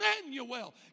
Emmanuel